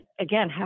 again